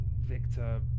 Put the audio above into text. Victor